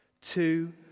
Two